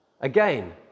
Again